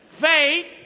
faith